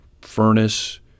furnace